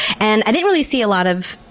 and i didn't really see a lot of